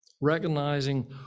recognizing